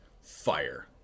fire